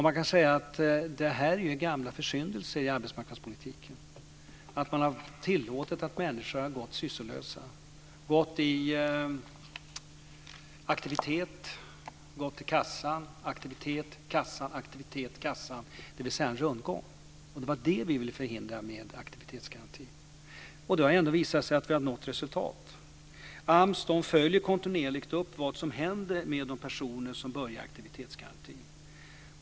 Man kan säga att det här är gamla försyndelser i arbetsmarknadspolitiken: att man tillåtit att människor gått sysslolösa, gått i aktivitet och sedan till kassan, sedan till aktivitet och sedan till kassan, dvs. i rundgång. Det var det vi ville förhindra med aktivitetsgarantin. Och det har ändå visat sig att vi har nått resultat. AMS följer kontinuerligt upp vad som händer med de personer som börjar i aktivitetsgarantin.